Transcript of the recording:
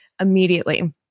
immediately